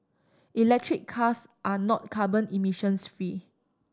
electric cars are not carbon emissions fee